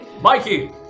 Mikey